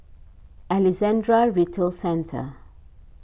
Alexandra Retail Centre